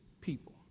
people